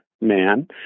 man